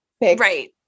right